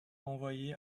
envoyé